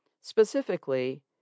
Specifically